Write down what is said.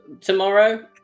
Tomorrow